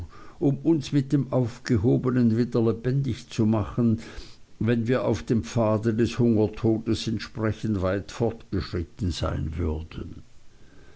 um uns mit dem aufgehobenen wieder lebendig zu machen wenn wir auf dem pfade des hungertodes entsprechend weit vorgeschritten sein würden